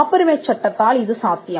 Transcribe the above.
காப்புரிமை சட்டத்தால் இது சாத்தியம்